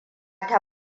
ta